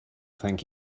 thank